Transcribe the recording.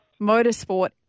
motorsport